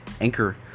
Anchor